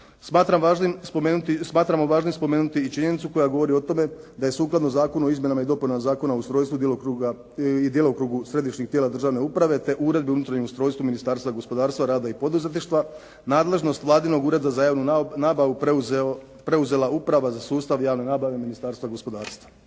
Smatramo važnim spomenuti i činjenicu koja govori o tome da je sukladno Zakonu o izmjenama i dopunama Zakona o ustrojstvu i djelokrugu središnjih tijela državne uprave, te Uredbi o unutarnjem ustrojstvu Ministarstva gospodarstva, rada i poduzetništva, nadležnost Vladinog Ureda za javnu nabavu preuzela Uprava za sustav javne nabave Ministarstva gospodarstva.